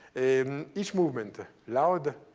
and each movement loud,